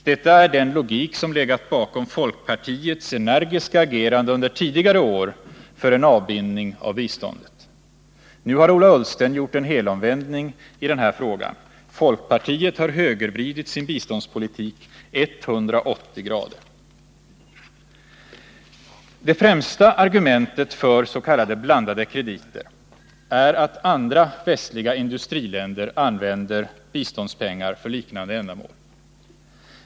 Detta är den logik som legat bakom folkpartiets energiska agerande under tidigare år för en avbindning av biståndet. Nu har Ola Ullsten gjort en helomvändning i denna fråga. Folkpartiet har högervridit sin biståndspolitik 180”. Det främsta argumentet för s.k. blandade krediter är att andra västliga industriländer använder biståndspengar för liknande ändamål.